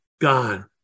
gone